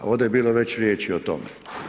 Ovdje je bilo već riječi o tome.